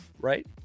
right